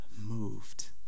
moved